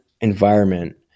environment